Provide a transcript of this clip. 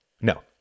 No